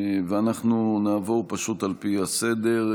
אנחנו נעבור פשוט על פי הסדר: